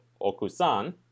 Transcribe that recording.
Okusan